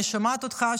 ואני שומעת אותך,